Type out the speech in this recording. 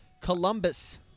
Columbus